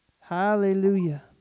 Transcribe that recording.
Hallelujah